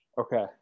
Okay